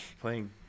Playing